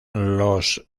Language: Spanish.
los